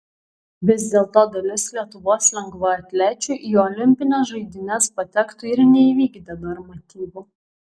vis dėlto dalis lietuvos lengvaatlečių į olimpines žaidynes patektų ir neįvykdę normatyvų